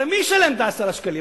הרי מי ישלם את ה-10 שקלים?